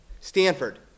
Stanford